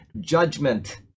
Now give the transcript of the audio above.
judgment